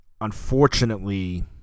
Unfortunately